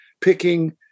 picking